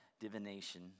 divination